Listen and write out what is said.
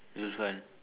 lose one